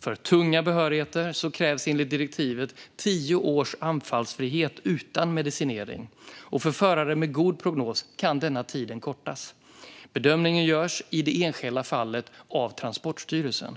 För tunga behörigheter krävs enligt direktivet tio års anfallsfrihet utan medicinering. För förare med god prognos kan denna tid kortas. Bedömningen görs i det enskilda fallet av Transportstyrelsen.